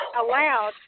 allowed